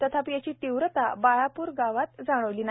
तथापि याची तीव्रता बाळापूर गावात जाणविली नाही